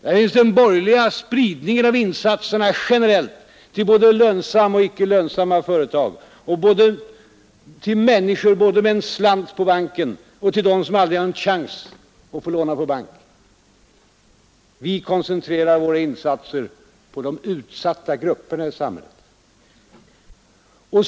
Där finns den borgerliga uppfattningen att insatserna skall spridas generellt: till både lönsamma och icke lönsamma företag; både till människor med en slant på banken och till dem som aldrig har en chans att få låna på bank. Vi koncentrerar våra insatser till de utsatta grupperna i samhället.